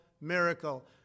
miracle